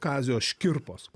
kazio škirpos